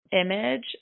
image